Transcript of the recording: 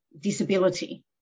disability